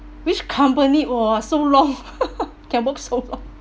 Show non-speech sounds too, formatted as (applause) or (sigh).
which company !whoa! so long (laughs) can work so long